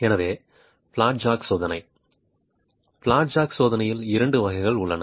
எனவே flat jack சோதனை flat jack சோதனையில் இரண்டு வகைகள் உள்ளன